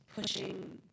pushing